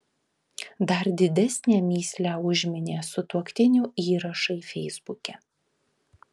dar didesnę mįslę užminė sutuoktinių įrašai feisbuke